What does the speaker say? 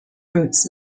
roots